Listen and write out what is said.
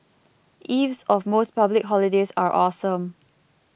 eves of most public holidays are awesome